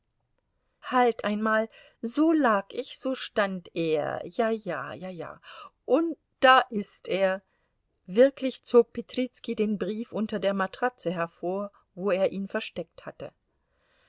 halt einmal so lag ich so stand er ja ja ja ja und da ist er wirklich zog petrizki den brief unter der matratze hervor wo er ihn versteckt hatte